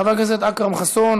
חבר הכנסת אכרם חסון,